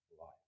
life